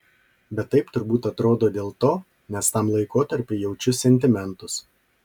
bet taip turbūt atrodo dėl to nes tam laikotarpiui jaučiu sentimentus